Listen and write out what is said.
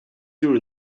your